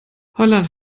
holland